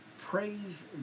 praise